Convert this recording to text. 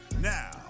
Now